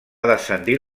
descendir